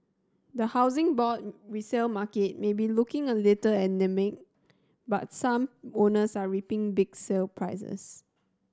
the Housing Board resale market may be looking a little anaemic but some owners are reaping big sale prices